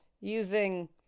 using